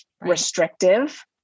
restrictive